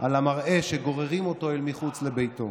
על המראה שגוררים אותו אל מחוץ לביתו.